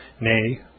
nay